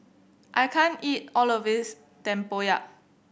I can't eat all of this Tempoyak